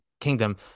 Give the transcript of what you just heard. kingdom